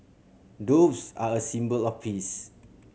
doves are a symbol of peace